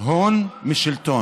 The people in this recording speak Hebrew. הון משלטון.